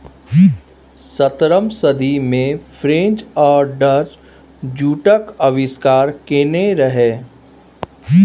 सतरहम सदी मे फ्रेंच आ डच जुटक आविष्कार केने रहय